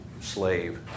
slave